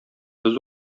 без